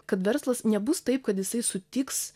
kad verslas nebus taip kad jisai sutiks